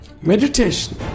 meditation